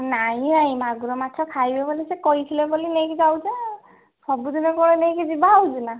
ନାଇଁ ନାଇଁ ମାଗୁର ମାଛ ଖାଇବେ ବୋଲି ସେ କହିଥିଲେ ବୋଲି ନେଇକି ଯାଉଛି ନା ସବୁଦିନ କ'ଣ ନେଇକି ଯିବା ହେଉଛି ନା